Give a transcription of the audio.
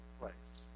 place